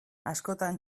askotan